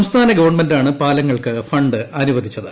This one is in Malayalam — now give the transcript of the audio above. സംസ്ഥാന ഗവൺമെൻ്റാണ് പാലങ്ങൾക്ക് ഫണ്ട് അനുവദിച്ചത്